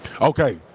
Okay